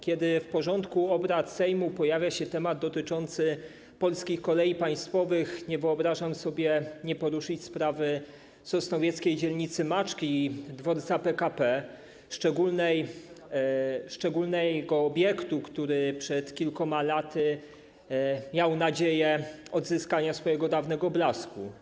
Kiedy w porządku obrad Sejmu pojawia się temat dotyczący Polskich Kolei Państwowych, nie wyobrażam sobie, by nie poruszyć sprawy sosnowieckiej dzielnicy Maczki i dworca PKP, szczególnego obiektu, który przed kilkoma laty miał nadzieje na odzyskanie swojego dawnego blasku.